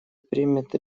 примет